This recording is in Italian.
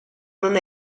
non